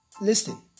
Listen